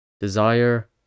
Desire